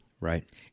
Right